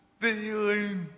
feeling